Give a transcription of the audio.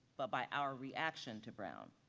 but by our reaction to brown.